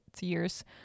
years